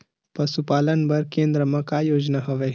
पशुपालन बर केन्द्र म का योजना हवे?